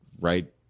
right